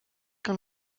que